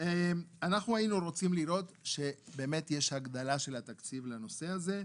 אנחנו היינו רוצים לראות שבאמת יש הגדלה של התקציב לנושא הזה.